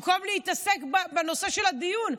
במקום להתעסק בנושא של הדיון.